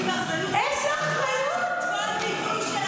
תסתכלי מה קורה ברחובות.